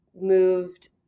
moved